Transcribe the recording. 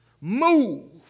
move